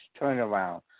turnaround